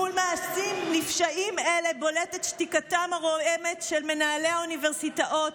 מול מעשים נפשעים אלה בולטת שתיקתם הרועמת של מנהלי האוניברסיטאות,